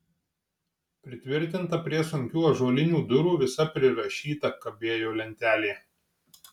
pritvirtinta prie sunkių ąžuolinių durų visa prirašyta kabėjo lentelė